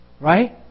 Right